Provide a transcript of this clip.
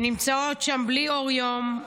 הן נמצאות שם בלי אור יום,